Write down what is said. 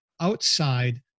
outside